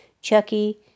Chucky